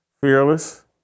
Fearless